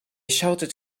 shouted